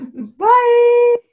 bye